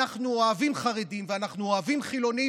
אנחנו אוהבים חרדים ואנחנו אוהבים חילונים